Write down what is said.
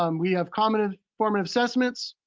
um we have common formative assessments.